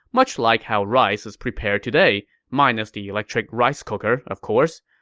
much like how rice is prepared today, minus the electric rice cooker, of course.